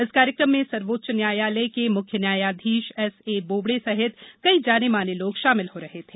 इस कार्यकम में सर्वोच्च न्यायालय के मुख्य न्यायाधीश एस ए बोबडे सहित कई जाने माने लोग शामिल हो रहे थे